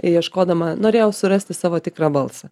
ieškodama norėjau surasti savo tikrą balsą